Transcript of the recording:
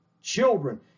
children